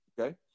Okay